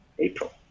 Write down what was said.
April